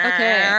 Okay